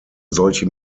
solche